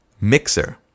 mixer